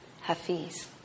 Hafiz